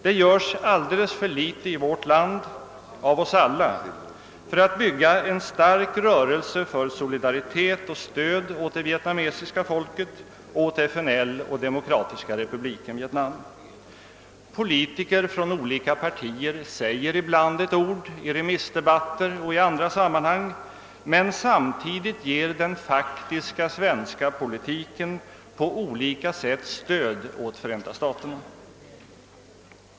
Det görs alldeles för litet i vårt land — av oss alla — för att bygga en stark rörelse för solidaritet med och stöd åt det vietnamesiska folket, åt FNL och Demokratiska Republiken Vietnam. Politiker från olika partier säger ibland några ord — i remissde batter och i andra sammanhang — mer samtidigt gynnar den faktiska svenska politiken på olika sätt Förenta staterna.